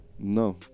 No